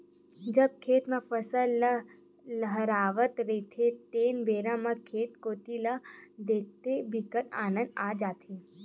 जब खेत म फसल ल लहलहावत रहिथे तेन बेरा म खेत कोती ल देखथे बिकट आनंद आ जाथे